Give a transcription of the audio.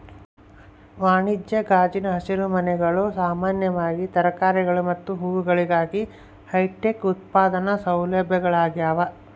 ವಾಣಿಜ್ಯ ಗಾಜಿನ ಹಸಿರುಮನೆಗಳು ಸಾಮಾನ್ಯವಾಗಿ ತರಕಾರಿಗಳು ಮತ್ತು ಹೂವುಗಳಿಗಾಗಿ ಹೈಟೆಕ್ ಉತ್ಪಾದನಾ ಸೌಲಭ್ಯಗಳಾಗ್ಯವ